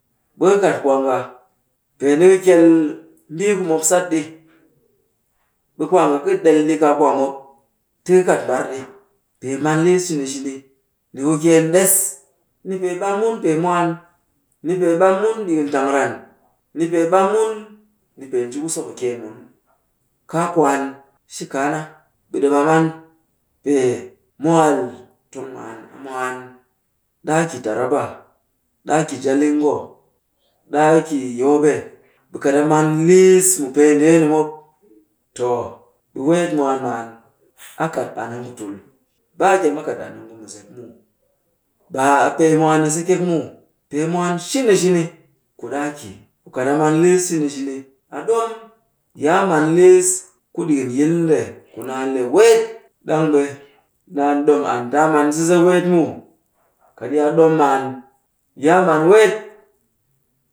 Ɓe ka kat kwaanga, pee nika kyel mbii ku mop sat ɗi, ɓe kwaanga ka ɗel ɗi kaa kwaamop ti ka kat mbar ɗi. Pee man liis shini shini, ni ku kyeen ɗess. Ni pee ɓam mun pee mwaan ni pee ɓam mun pee mwaan ni pee ɓam mun ɗikin tang ran ni pee ɓam nub, ni pee nji ku so kɨkyeen mun. Kaa kwaan shi kaana, ɓe ɗi ɓam am. Pee mwakal tong maan a mwaan. Ɗaa ki taraba ɗaa ki jalingo ɗaa ki yobe. Ɓe kat a man liis mu pee ndeeni mop, toh, ɓe weet mwaan man, a kat an a ngu tul. Baa a kyam a kat an a ngu mɨzep muw. Baa a pee mwaan ni se kyek muw. Pee mwaan sini shini ku ɗaa ki, ku kat a man liis shini shni, a dom yi a man liis ku ɗikin yil nde, ku naan le weet. Ɗang ɓe naan ɗom an ti a man sise weet muw. Kat yi a ɗom maan, yi a man weet.